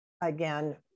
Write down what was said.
again